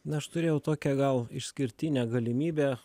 na aš turėjau tokią gal išskirtinę galimybę